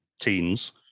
teens